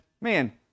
man